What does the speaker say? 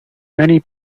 many